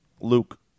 Luke